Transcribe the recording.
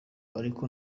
ariko